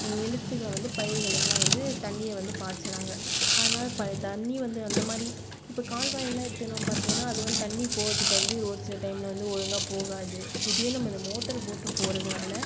நிலத்தில் வந்து பயிர்களுக்குலாம் வந்து தண்ணியை வந்து பாய்ச்சுறாங்க அதுனால இப்ப தண்ணி வந்து அந்த மாரி இப்போ கால்வாய்லாம் எத்துனோம்னு பார்த்தீங்கனா அது வந்து தண்ணி போகறதுக்கு வந்து ஒரு சில டைம்மில் வந்து ஒழுங்காக போகாது இதுவே நம்ப இதை மோட்டர் போட்டு போகறதுனால